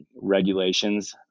regulations